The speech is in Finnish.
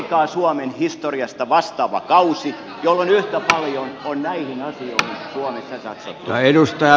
hakekaa suomen historiasta vastaava kausi jolloin yhtä paljon on näihin asioihin suomessa satsattu